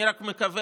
אני רק מקווה,